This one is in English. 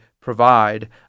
provide